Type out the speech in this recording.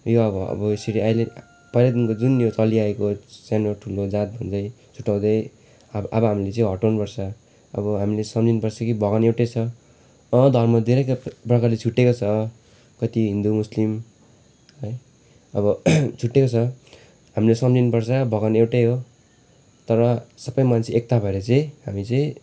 यो अब अब यसरी अहिले पहिलादेखिको जुन यो चलिआएको सानो ठुलो जात भन्दै छुट्ट्याउँदै अब अब हामीले चाहिँ हटाउनुपर्छ अब हामीले सम्झिनुपर्छ कि भगवान् एउटै छ अँ धर्म धेरै प्रकार प्रकारले छुट्टिएको छ कति हिन्दु मुस्लिम है अब छुट्टिएको छ हामीले सम्झिनुपर्छ भगवान् एउटै हो तर सबै मान्छे एकता भएर चाहिँ हामीले चाहिँ